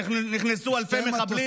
שנכנסו אלפי מחבלים,